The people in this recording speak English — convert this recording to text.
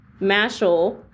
Mashal